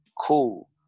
cool